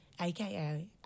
aka